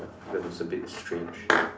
that was a bit a strange